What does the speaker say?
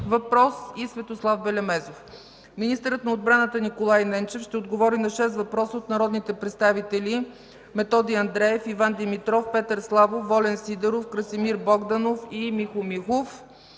въпрос, и Светослав Белемезов. Министърът на отбраната Николай Ненчев ще отговори на шест въпроса от народните представители Методи Андреев, Иван Димитров, Петър Славов, Волен Сидеров, Красимир Богданов, и Михо Михов.